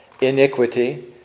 iniquity